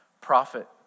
prophet